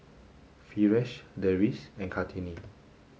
Firash Deris and Kartini